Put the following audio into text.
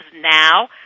now